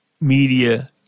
media